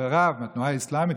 וחבריו מהתנועה האסלאמית,